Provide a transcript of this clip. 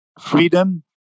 freedom